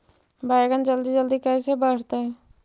बैगन जल्दी जल्दी कैसे बढ़तै?